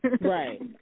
Right